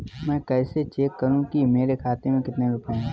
मैं कैसे चेक करूं कि मेरे खाते में कितने रुपए हैं?